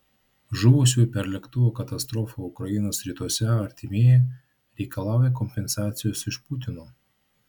žuvusiųjų per lėktuvo katastrofą ukrainos rytuose artimieji reikalauja kompensacijos iš putino